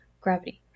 gravity